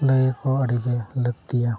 ᱞᱟᱹᱭ ᱟᱠᱚ ᱟᱹᱰᱤ ᱜᱮ ᱞᱟᱹᱠᱛᱤᱭᱟ